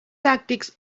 tactics